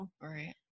Right